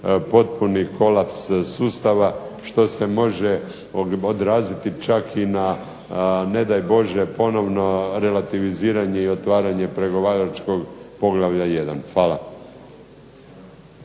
potpuni kolaps sustava što se može odraziti čak i na ne daj Bože ponovo relativiziranje i otvaranje pregovaračkog poglavlja 1. Hvala.